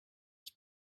qui